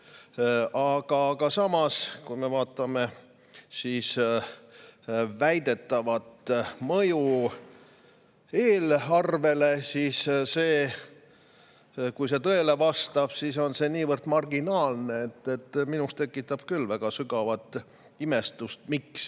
Aga samas, kui me vaatame väidetavat mõju eelarvele, siis, kui see tõele vastab, on see niivõrd marginaalne, et minus tekitab küll väga sügavat imestust, miks